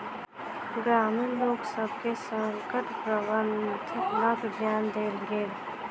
ग्रामीण लोकसभ के संकट प्रबंधनक ज्ञान देल गेल